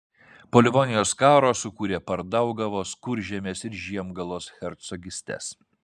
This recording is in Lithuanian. po livonijos karo sukūrė pardaugavos kuržemės ir žiemgalos hercogystes